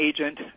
agent